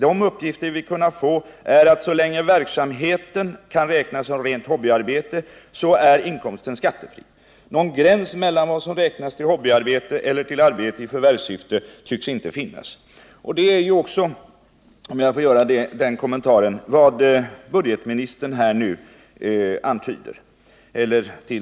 De uppgifter vi har kunnat få är att så länge verksamheten kan räknas som rent hobbyarbete är inkomsten skattefri. Någon gräns mellan vad som räknas till hobbyarbete och förvärvsarbete tycks inte finnas. Det är också vad budgetministern nu framhåller.